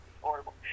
Horrible